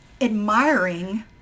admiring